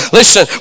listen